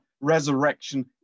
resurrection